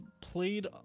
played